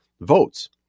votes